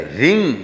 ring